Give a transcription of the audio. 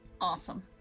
Awesome